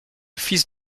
fils